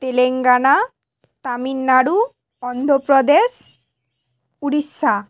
Telangana Tamil Nadu Andhra Pradesh Orissa